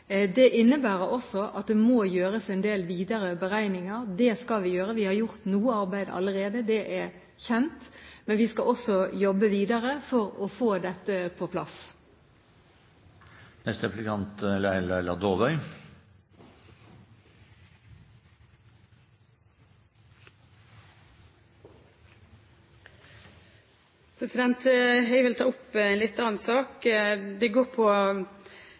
Det innebærer også at det må gjøres en del videre beregninger. Det skal vi gjøre. Vi har gjort noe arbeid allerede – det er kjent – men vi skal også jobbe videre for å få dette på plass. Jeg vil ta opp en litt annen sak. Det går på